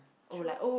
true